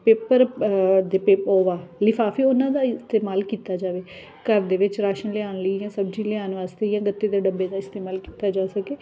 paper ਦੇ paper ਉਹ ਆ ਲਿਫਾਫੇ ਉਹਨਾਂ ਦਾ ਇਸਤੇਮਾਲ ਕੀਤਾ ਜਾਵੇ ਘਰ ਦੇ ਵਿੱਚ ਰਾਸ਼ਨ ਲਿਆਉਣ ਲਈ ਜਾਂ ਸਬਜ਼ੀ ਲਿਆਉਣ ਵਾਸਤੇ ਜਾਂ ਗੱਤੇ ਦੇ ਡੱਬੇ ਦਾ ਇਸਤੇਮਾਲ ਕੀਤਾ ਜਾ ਸਕੇ